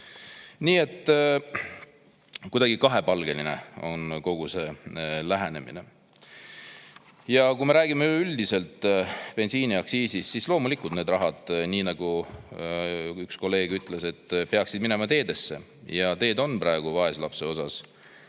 Nii et kuidagi kahepalgeline on kogu see lähenemine. Ja kui me räägime üldiselt bensiiniaktsiisist, siis loomulikult need rahad – nii nagu üks kolleeg ütles – peaksid minema teedesse, ja teed on praegu vaeslapse osas.